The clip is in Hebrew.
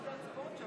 זה החוק המעניין הזה,